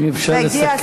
אם אפשר לסכם.